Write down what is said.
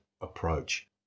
approach